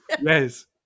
yes